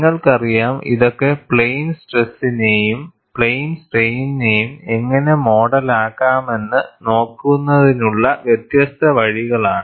നിങ്ങൾക്കറിയാം ഇതൊക്കെ പ്ലെയിൻ സ്ട്രെസ്സിനെയും പ്ലെയിൻ സ്ട്രെയ്നിനെയും എങ്ങനെ മോഡലാക്കാമെന്ന് നോക്കുന്നതിനുള്ള വ്യത്യസ്ത വഴികളാണ്